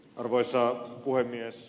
arvoisa puhemies